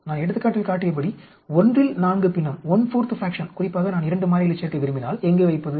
நான் எடுத்துக்காட்டில் காட்டியபடி ஒன்றில் நான்கு பின்னம் குறிப்பாக நான் இரண்டு மாறிகளைச் சேர்க்க விரும்பினால் எங்கே வைப்பது